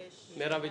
נגד,